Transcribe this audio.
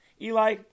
Eli